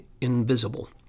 invisible